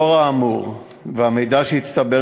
לאור האמור והמידע שהצטבר,